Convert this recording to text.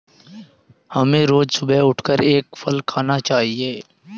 हमें रोज सुबह उठकर एक फल खाना चाहिए